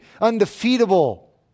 undefeatable